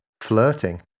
flirting